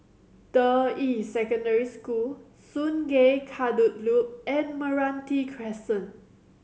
Deyi Secondary School Sungei Kadut Loop and Meranti Crescent